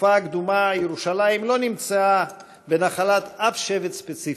בתקופה הקדומה ירושלים לא נמצאה בנחלת שבט ספציפי,